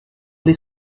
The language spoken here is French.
les